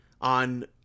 on